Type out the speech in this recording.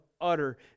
utter